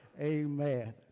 amen